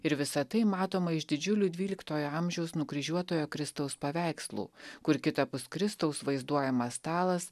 ir visa tai matoma iš didžiulių dvyliktojo amžiaus nukryžiuotojo kristaus paveikslų kur kitapus kristaus vaizduojamas stalas